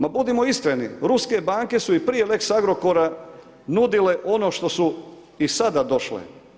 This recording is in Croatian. Ma budimo iskreni, ruske banke su i prije lex Agrokora nudile ono što su i sada došle.